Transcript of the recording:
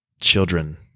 children